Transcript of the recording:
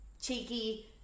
cheeky